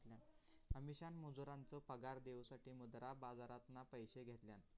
अमीषान मजुरांचो पगार देऊसाठी मुद्रा बाजारातना पैशे घेतल्यान